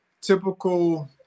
typical